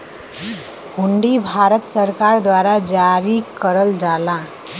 हुंडी भारत सरकार द्वारा जारी करल जाला